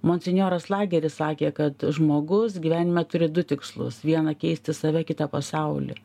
monsinjoras lagery sakė kad žmogus gyvenime turi du tikslus vieną keisti save kitą pasaulį